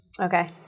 Okay